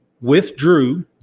withdrew